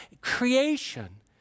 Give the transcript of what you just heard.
creation